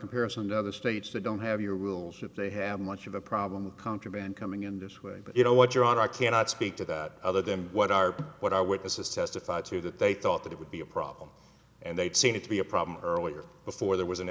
comparison to other states that don't have your rules if they have much of a problem with contraband coming in this way but you know what your honor i cannot speak to that other than what are what our witnesses testified to that they thought that it would be a problem and they'd seen it be a problem earlier before there was an